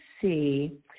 see